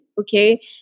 okay